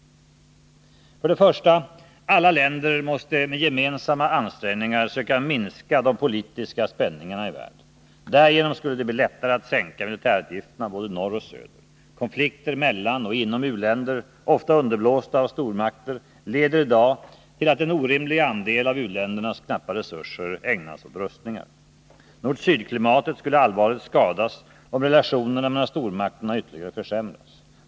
För det första: Alla länder måste med gemensamma ansträngningar söka minska de politiska spänningarna i världen. Därigenom skulle det bli lättare att sänka militärutgifterna, både i norr och i söder. Konflikter mellan och inom u-länder — ofta underblåsta av stormakter — leder i dag till att en orimlig andel av u-ländernas knappa resurser ägnas åt rustningar. Nord-syd-klimatet skulle allvarligt skadas, om relationerna mellan stormakterna ytterligare försämras.